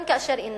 גם כאשר אינם,